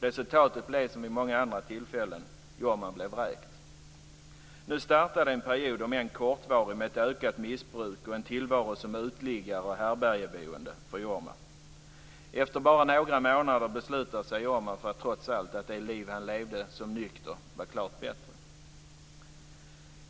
Resultatet blev som vid många andra tillfällen: Jorma blev vräkt. Nu startade en period, om än kortvarig, med ett ökat missbruk och en tillvaro som uteliggare och härbärgeboende för Jorma. Efter bara några månader beslutar sig Jorma för att det liv han levde som nykter trots allt var klart bättre.